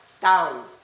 down